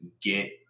get